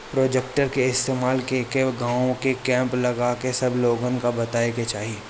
projector के इस्तेमाल कके गाँव में कैंप लगा के सब लोगन के बतावे के चाहीं